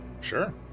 sure